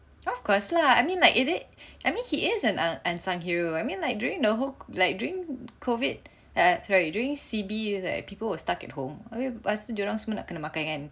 of course lah I mean like it it I mean he is an unsung hero I mean like during the whole like during COVID eh sorry during C_B it's like people will stuck at home okay lepas tu diorang semua nak kena makan kan